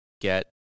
get